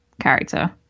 character